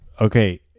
Okay